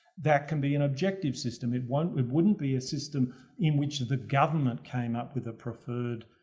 that can be an objective system it won't, it wouldn't be a system in which the government came up with a preferred.